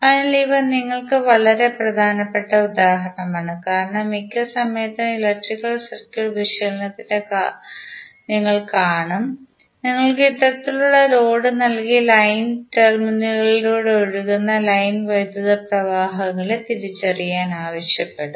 അതിനാൽ ഇവ നിങ്ങൾക്ക് വളരെ പ്രധാനപ്പെട്ട ഉദാഹരണമാണ് കാരണം മിക്ക സമയത്തും ഇലക്ട്രിക്കൽ സർക്യൂട്ട് വിശകലനത്തിൽ നിങ്ങൾ കാണും നിങ്ങൾക്ക് ഇത്തരത്തിലുള്ള ലോഡ് നൽകി ലൈൻ ടെർമിനലുകളിലൂടെ ഒഴുകുന്ന ലൈൻ വൈദ്യുത പ്രവാഹങ്ങളെ തിരിച്ചറിയാൻ ആവശ്യപ്പെടും